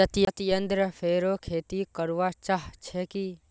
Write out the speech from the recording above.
सत्येंद्र फेरो खेती करवा चाह छे की